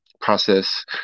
process